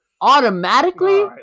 automatically